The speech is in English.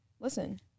listen